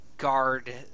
guard